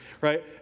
right